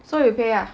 so you pay ah